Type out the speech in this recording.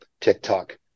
tiktok